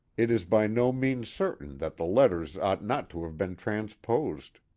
it is by no means certain that the letters ought not to have been transposed.